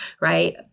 right